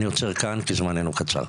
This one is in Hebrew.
אני עוצר כאן, כי זמננו קצר.